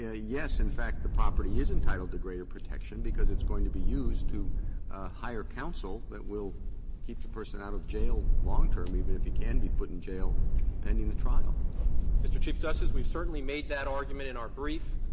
ah yes, in fact, the property is entitled to greater protection because it's going to be used to hire counsel that will keep the person out of jail long term, even if he can be put in jail pending the trial. srebnick mr. chief justice, we've certainly made that argument in our brief.